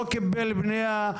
לא קיבל פנייה,